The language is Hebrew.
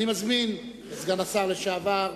אני מזמין את סגן השר לשעבר,